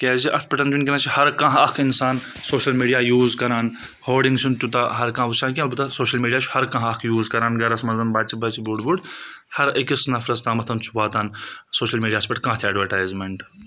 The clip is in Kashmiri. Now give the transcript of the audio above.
تِکِیَازِ اَتھ پؠٹھ وٕنکیٚنَس چھِ ہر کانٛہہ اکھ اِنسان سوشَل میٖڈیا یوٗز کَران ہوڈِنٛگ چھُنہٕ تیوٗتاہ ہر کانٛہہ وٕچھان کینٛہہ یِوٗتاہ سوشَل میٖڈیا چھُ ہر کانٛہہ اکھ یوٗز کران گَرَس منٛز بَچہِ بَچہِ بوٚڑ بوٚڑ ہر أکِس نَفرَس تامَتھ چھُ واتان سوشَل میٖڈیاہَس پؠٹھ کانٛہہ تہِ اَیٚڈوَٹایِزِمِٮ۪نٛٹ